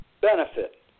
benefit